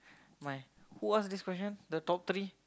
my who ask this question the top three